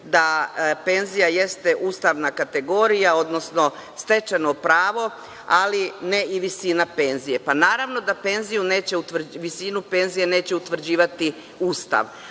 da penzija jeste ustavna kategorija, odnosno stečeno pravo, ali ne i visina penzije. Pa naravno da visinu penzije neće utvrđivati Ustav,